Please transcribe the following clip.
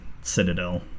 citadel